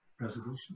resolution